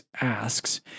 asks